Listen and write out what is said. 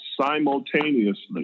simultaneously